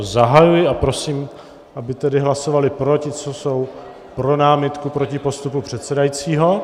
A prosím, aby tedy hlasovali pro ti, co jsou pro námitku proti postupu předsedajícího.